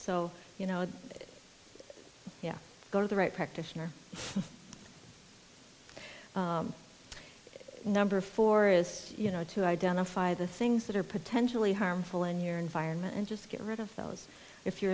so you know yeah go to the right practitioner number four is you know to identify the things that are potentially harmful in your environment and just get rid of those if you're